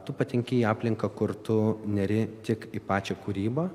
tu patenki į aplinką kur tu neri tik į pačią kūrybą